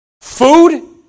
food